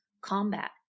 combat